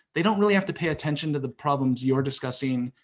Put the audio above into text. they don't really have to pay attention to the problems you're discussing,